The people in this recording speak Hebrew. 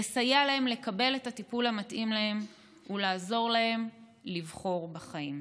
לסייע להם לקבל את הטיפול המתאים להם ולעזור להם לבחור בחיים.